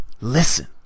listen